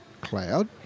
cloud